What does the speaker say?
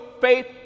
faith